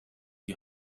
die